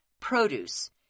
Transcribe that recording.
produce